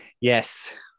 Yes